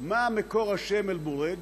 מה מקור השם אל-בוריג',